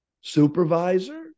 supervisor